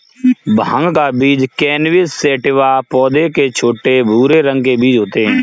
भाँग का बीज कैनबिस सैटिवा पौधे के छोटे, भूरे रंग के बीज होते है